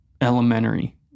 elementary